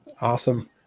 Awesome